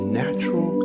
natural